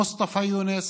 מוסטפא יונס